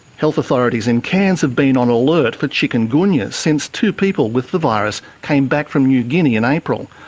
health authorities in cairns have been on alert for chikungunya since two people with the virus came back from new guinea in april.